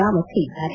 ರಾವತ್ ಹೇಳಿದ್ದಾರೆ